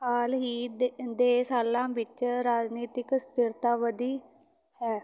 ਹਾਲ ਹੀ ਦੇ ਦੇ ਸਾਲਾਂ ਵਿੱਚ ਰਾਜਨੀਤਿਕ ਸਥਿਰਤਾ ਵਧੀ ਹੈ